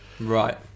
right